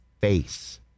face